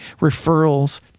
referrals